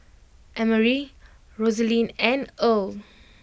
Emery Rosalind and Earle